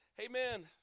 Amen